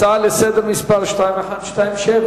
הצעה לסדר-היום מס' 2127,